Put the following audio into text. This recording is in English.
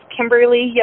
Kimberly